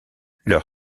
leur